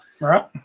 Right